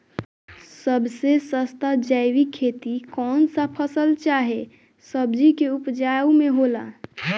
सबसे सस्ता जैविक खेती कौन सा फसल चाहे सब्जी के उपज मे होई?